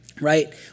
right